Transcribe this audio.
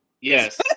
Yes